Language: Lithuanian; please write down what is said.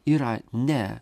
yra ne